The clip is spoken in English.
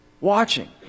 watching